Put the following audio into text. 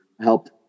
helped